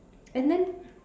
and then